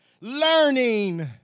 learning